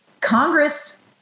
Congress